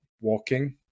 walking